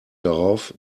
darauf